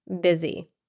busy